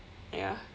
ya